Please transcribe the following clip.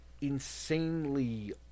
insanely